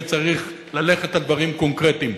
וצריך ללכת על דברים קונקרטיים.